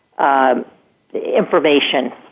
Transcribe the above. Information